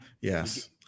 Yes